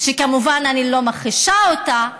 שכמובן, אני לא מכחישה אותה,